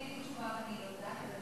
אין לי תשובה ואני לא יודעת,